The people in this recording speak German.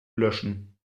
löschen